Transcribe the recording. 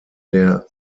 der